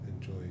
enjoy